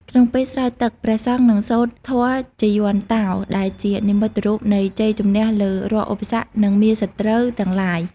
ក្នុងពេលស្រោចទឹក ព្រះសង្ឃនឹងសូត្រធម៌ជយន្តោ ដែលជានិមិត្តរូបនៃជ័យជម្នះលើរាល់ឧបសគ្គ និងមារសត្រូវទាំងឡាយ។